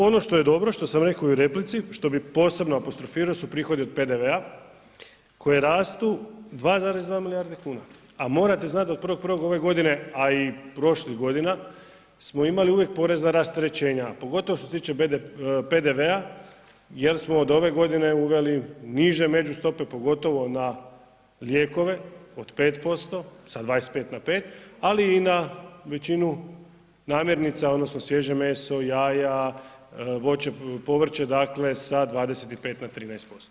Ono što je dobro, što sam rekao i u replici, što bi posebno apostrofirao su prihodi od PDV-a koji rastu 2,2 milijardi kuna a morate znat da od 1.1. ove godine a i prošlih godina smo imali uvijek porezna rasterećenja a pogotovo što se tiče PDV-a jer smo od ove godine uveli niže međustope pogotovo na lijekove od 5% sa 25 na 5, ali i na većinu namirnica, odnosno svježe meso, jaja, voće, povrće sa 25 na 13%